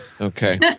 Okay